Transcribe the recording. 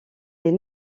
est